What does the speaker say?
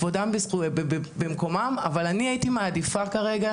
כבודם במקומם אני הייתי מעדיפה כרגע